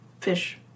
fish